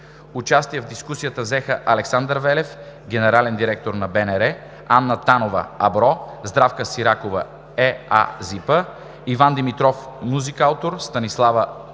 Участие в дискусията взеха: Александър Велев – генерален директор на БНР, Анна Танова – АБРО, Здравка Сиракова – ЕАЗИПА, Иван Димитров – „Музикаутор“, Станислава